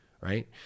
right